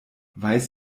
weiß